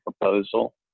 proposal